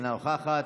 אינה נוכחת.